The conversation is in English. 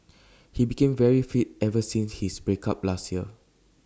he became very fit ever since his break up last year